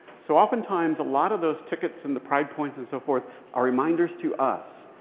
so oftentimes, a lot of those tickets and the pride points and so forth are reminders to us.